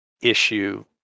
issue